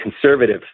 conservative